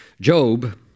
Job